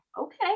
okay